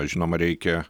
žinoma reikia